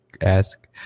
ask